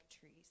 trees